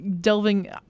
delving